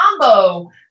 combo